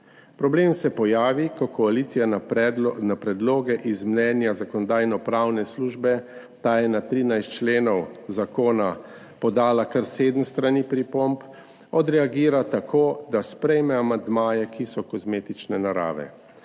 Problem se pojavi, ko koalicija predloge iz mnenja Zakonodajno-pravne službe, da je na 13 členov zakona podala kar sedem strani pripomb, odreagira tako, da sprejme amandmaje, ki so kozmetične narave,